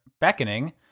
beckoning